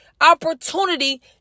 opportunity